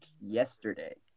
yesterday